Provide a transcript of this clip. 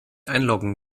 einloggen